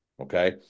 Okay